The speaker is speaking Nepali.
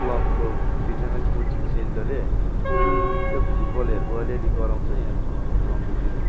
क्लबको बित्थामै कोचिङ सेन्टरै होइन त्यो फुटबलहरूको अलिअलि गराउँछ यहाँ रङ्गुलतिर